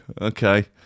Okay